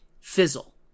fizzle